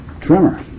trimmer